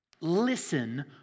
listen